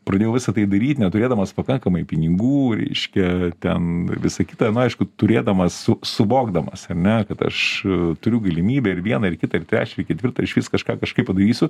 pradėjau visa tai daryt neturėdamas pakankamai pinigų reiškia ten visa kita nu aišku turėdamas su suvokdamas ar ne kad aš turiu galimybę ir vieną ir kitą ir trečią ir ketvirtą ir išvis kažką kažkaip padarysiu